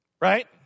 Right